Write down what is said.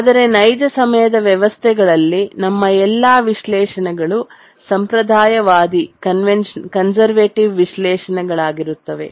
ಆದರೆ ನೈಜ ಸಮಯದ ವ್ಯವಸ್ಥೆಗಳಲ್ಲಿ ನಮ್ಮ ಎಲ್ಲಾ ವಿಶ್ಲೇಷಣೆಗಳು ಸಂಪ್ರದಾಯವಾದಿ ಕನ್ಸರ್ವೇಟಿವ್ ವಿಶ್ಲೇಷಣೆಗಳಾಗಿರುತ್ತದೆ